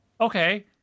Okay